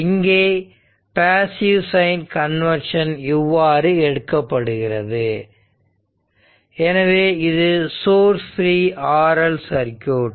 இங்கே passive sign convention இவ்வாறு எடுக்கப்படுகிறது எனவே இது சோர்ஸ் ஃப்ரீ RL சர்க்யூட்